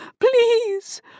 please